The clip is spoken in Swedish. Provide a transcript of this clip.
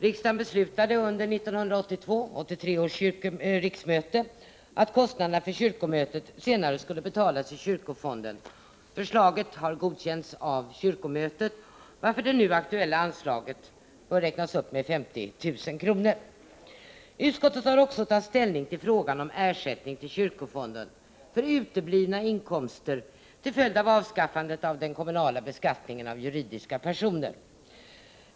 Riksdagen beslutade vid 1982/83 års riksmöte att kostnaderna för kyrkomötet senare skulle betalas ur kyrkofonden. Förslaget har godkänts av kyrkomötet, varför det nu aktuella anslaget bör räknas upp med 50 000 kr. Utskottet har också tagit ställning till frågan om ersättning till kyrkofonden för uteblivna inkomster till följd av avskaffandet av den kommunala beskattningen av juridiska personer.